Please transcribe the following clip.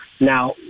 Now